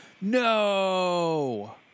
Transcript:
No